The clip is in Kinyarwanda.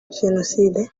jenoside